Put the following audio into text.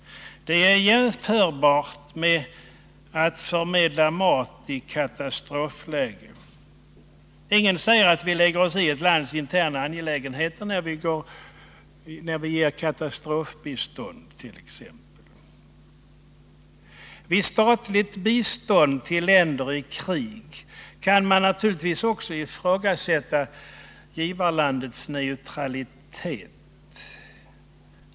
Det är jämförbart med att förmedla mat i katastrofläge. Ingen säger att vi lägger oss i ett lands interna angelägenheter när vi ger katastrofbistånd. Vid statligt bistånd till länder i krig kan man naturligtvis också ifrågasätta givarlandets neutralitet.